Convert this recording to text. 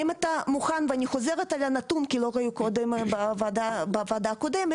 ואני חוזרת על הנתון כי לא היו קודם בוועדה הקודמת,